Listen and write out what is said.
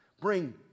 Bring